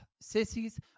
sissies